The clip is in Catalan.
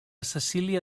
cecília